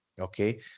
okay